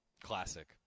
classic